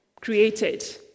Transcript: created